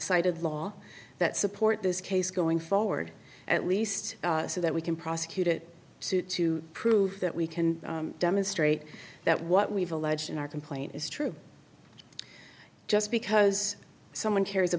cited law that support this case going forward at least so that we can prosecute it to to prove that we can demonstrate that what we've alleged in our complaint is true just because someone carr